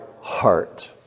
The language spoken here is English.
heart